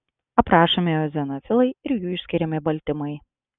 aprašomi eozinofilai ir jų išskiriami baltymai